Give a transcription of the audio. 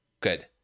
good